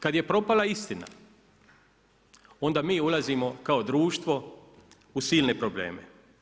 Kada je propala istina, onda mi ulazimo kao društvo u silne probleme.